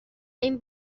این